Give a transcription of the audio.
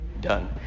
done